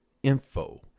Info